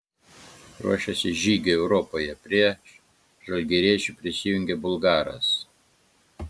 ruošiasi žygiui europoje prie žalgiriečių prisijungė bulgaras